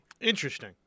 Interesting